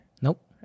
Nope